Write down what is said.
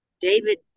David